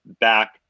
back